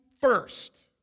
first